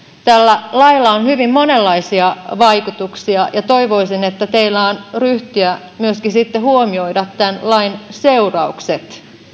tällä lailla on hyvin monenlaisia vaikutuksia ja toivoisin että teillä on ryhtiä myöskin sitten huomioida tämän lain seuraukset